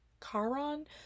Charon